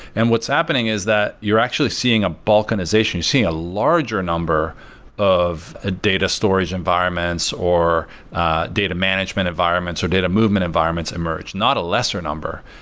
and what's happening is that you're actually seeing a balkanization. you're seeing a larger number of ah data storage environments, or data management environments, or data movement environments emerge, not a lesser number,